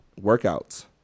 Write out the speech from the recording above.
workouts